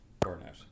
burnout